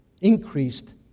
increased